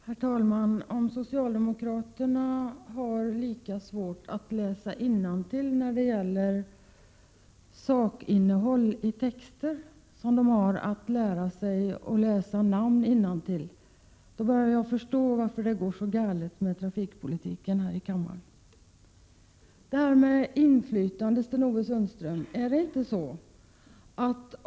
Herr talman! Om socialdemokraterna har lika svårt att läsa innantill när det gäller sakinnehåll i texter som de har att lära sig läsa namn innantill, börjar jag förstå varför det går så galet här i kammaren med trafikpolitiken. Apropå detta med inflytande vill jag säga följande till Sten-Ove Sundström.